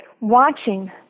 watching